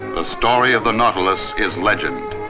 the story of the nautilus is legend.